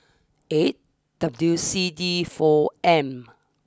eight W C D four M